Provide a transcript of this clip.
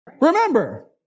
Remember